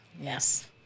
Yes